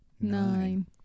nine